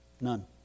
None